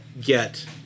get